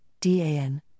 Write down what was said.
DAN